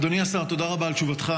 אדוני השר, תודה רבה על תשובתך.